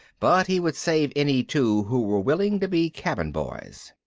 but he would save any two who were willing to be cabin boys.